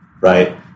right